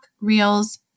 Reels